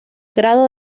grado